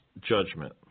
judgment